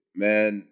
man